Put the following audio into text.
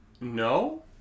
no